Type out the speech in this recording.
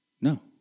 No